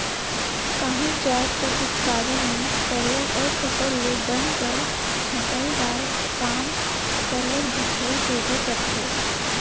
काहींच जाएत कर उत्पादन में सरलग अफसल ले बन कर छंटई दार काम सरलग दिखई देबे करथे